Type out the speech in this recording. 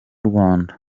rwanda